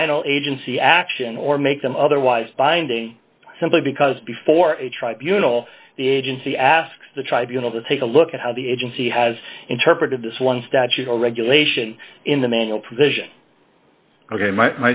final agency action or make them otherwise binding simply because before a tribunal the agency asks the tribunals to take a look at how the agency has interpreted this one statute or regulation in the manual